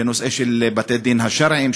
בנושא של בתי-הדין השרעיים,